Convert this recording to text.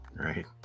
right